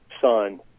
son